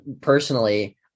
personally